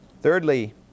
Thirdly